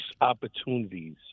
opportunities